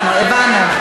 הבנו.